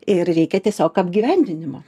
ir reikia tiesiog apgyvendinimo